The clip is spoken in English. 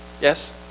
Yes